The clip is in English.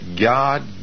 God